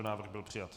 Návrh byl přijat.